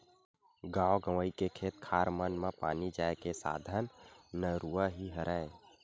गाँव गंवई के खेत खार मन म पानी जाय के साधन नरूवा ही हरय